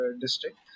district